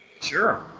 Sure